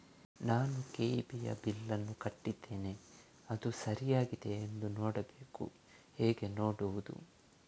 ನಾನು ಕೆ.ಇ.ಬಿ ಯ ಬಿಲ್ಲನ್ನು ಕಟ್ಟಿದ್ದೇನೆ, ಅದು ಸರಿಯಾಗಿದೆಯಾ ಎಂದು ನೋಡಬೇಕು ಹೇಗೆ ನೋಡುವುದು?